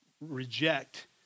reject